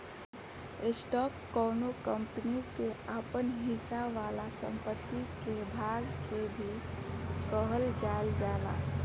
stock कौनो company के आपन हिस्सा वाला संपत्ति के भाग के भी कहल जाइल जाला